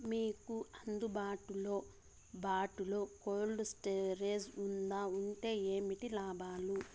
మీకు అందుబాటులో బాటులో కోల్డ్ స్టోరేజ్ జే వుందా వుంటే ఏంటి లాభాలు?